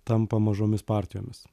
tampa mažomis partijomis